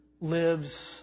lives